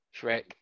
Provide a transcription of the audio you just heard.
Shrek